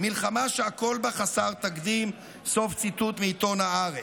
'מלחמה שהכול בה חסר תקדים'." סוף ציטוט מעיתון הארץ.